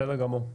בסדר גמור.